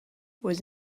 was